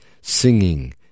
singing